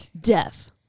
death